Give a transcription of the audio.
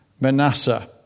Manasseh